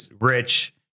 rich